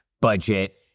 budget